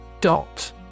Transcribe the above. Dot